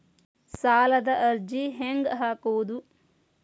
ಸಾಲದ ಅರ್ಜಿ ಹೆಂಗ್ ಹಾಕುವುದು?